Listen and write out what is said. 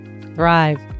thrive